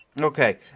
Okay